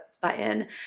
button